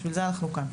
בשביל זה אנחנו כאן.